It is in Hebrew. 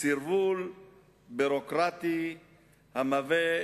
סרבול ביורוקרטי המהווה